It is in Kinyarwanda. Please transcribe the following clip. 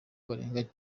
barenganya